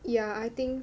ya I think